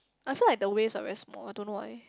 I feel like the wave are very small I don't know eh